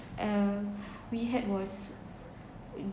uh we had was